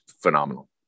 phenomenal